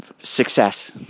success